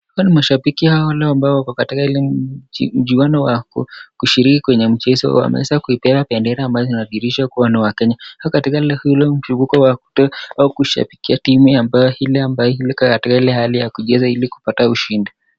Hawa ni mashabiki wale ambao wako katika mchuano wa kushiriki kwenye mchezo wa wameweza kubeba bendera ambayo inadhihirisha wao ni wakenya. wako katika harakati ya kushabikia timu yao ile ambayo inacheza au iko karibu kupata ushindi timu.